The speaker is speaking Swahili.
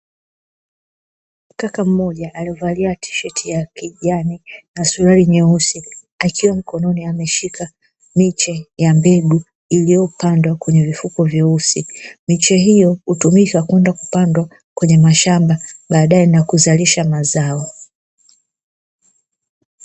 Kaka mmoja aliyevalia tisheti ya kijani na suruali nyeusi, akiwa mkononi ameshika miche ya mbegu iliyopandwa kwenye vifuko vyeusi, miche hiyo hutumika kwenda kupandwa kwenye mashamba baadaye na kuzalisha mazao.